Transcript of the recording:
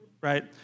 right